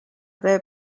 tee